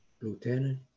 Lieutenant